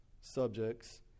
subjects